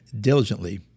diligently